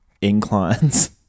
inclines